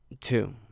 Two